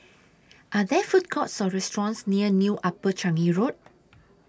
Are There Food Courts Or restaurants near New Upper Changi Road